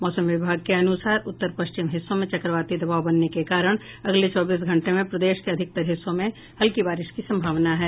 मौसम विभाग के अनुसार उत्तर पश्चिमी हिस्सों में चक्रवाती दबाव बनने के कारण अगले चौबीस घंटों में प्रदेश के अधिकतर हिस्सों में हल्की बारिश की संभावना है